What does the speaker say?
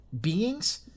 beings